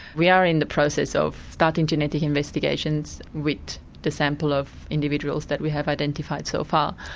we are in the process of starting genetic investigations with the sample of individuals that we have identified so far,